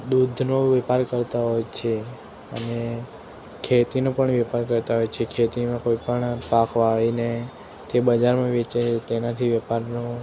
દુધનો વેપાર કરતા હોય છે અને ખેતીનો પણ વેપાર કરતા હોય છે ખેતીમાં કોઈ પણ પાક વાવીને તે બજારમાં વેચે છે તેનાથી વેપારીનો